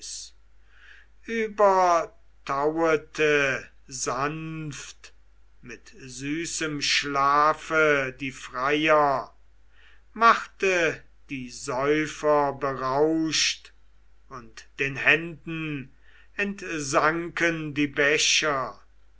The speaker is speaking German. sanft mit süßem schlafe die freier machte die säufer berauscht und den händen entsanken die becher